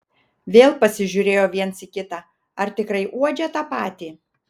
vėl pasižiūrėjo viens į kitą ar tikrai uodžia tą patį